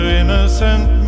innocent